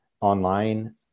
online